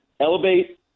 elevate